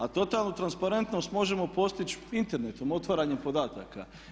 A totalnu transparentnost možemo postići internetom, otvaranjem podataka.